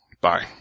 Bye